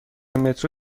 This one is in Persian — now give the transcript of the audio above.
مترو